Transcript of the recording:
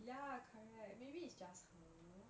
ya correct maybe it's just her